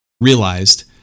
realized